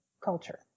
culture